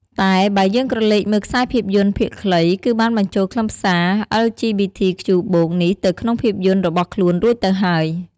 តែបើយើងក្រឡេកមើលខ្សែភាពយន្តភាគខ្លី គឺបានបញ្ចូលខ្លឹមសារ អិល ជី ប៊ី ធី ខ្ជូ បូក (LGBTQ+)នេះទៅក្នុងភាពយន្ដរបស់ខ្លួនរួចទៅហើយ។